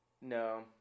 No